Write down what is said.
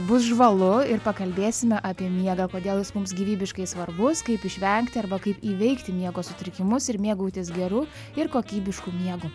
bus žvalu ir pakalbėsime apie miegą kodėl jis mums gyvybiškai svarbus kaip išvengti arba kaip įveikti miego sutrikimus ir mėgautis geru ir kokybišku miegu